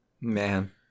Man